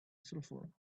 sulfur